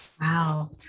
Wow